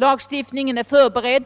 Lagstiftningen är förberedd,